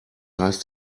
heißt